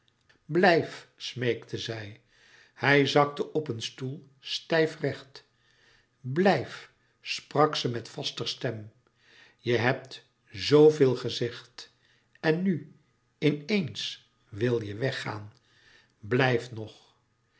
blijf smeekte zij hij zakte op een stoel stijfrecht blijf sprak ze met vaster stem je hebt z veel gezegd en nu in eens wil je weggaan blijf nog